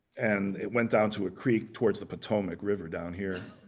and it went out to a creek towards the potomac river down here.